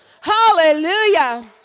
Hallelujah